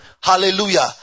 Hallelujah